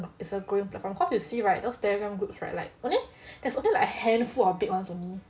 it's a growing platform cause you see right those telegram groups right like there's only a handful of big ones only